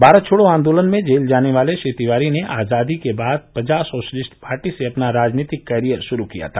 भारत छोड़ो आन्दोलन में जेल जाने वाले श्री तिवारी ने आजादी के बाद प्रजा सोशलिस्ट पार्टी से अपना राजनीतिक कैरियर शुरू किया था